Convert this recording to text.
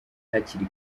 hakiri